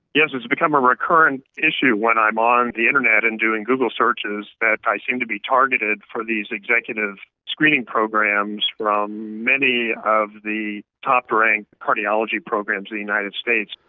yes, it has become a recurrent issue when i'm on the internet and doing google searches, that i seem to be targeted for these executive screening programs from many of the top ranked cardiology programs in the united states.